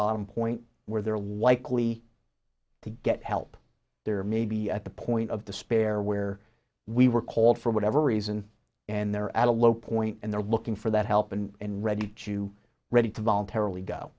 bottom point where they're likely to get help there may be at the point of despair where we were called for whatever reason and they're at a low point and they're looking for that help and ready to ready to voluntarily go